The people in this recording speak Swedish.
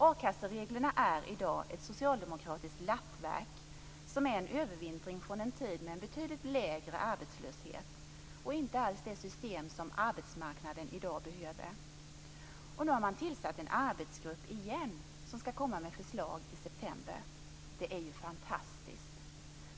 A-kassereglerna är i dag ett socialdemokratiskt lappverk, en övervintring från en tid med betydligt lägre arbetslöshet och är inte alls det system som arbetsmarknaden i dag behöver. Nu har återigen en arbetsgrupp tillsatts som skall lägga fram förslag i september. Det är fantastiskt.